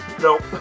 Nope